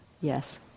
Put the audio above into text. Yes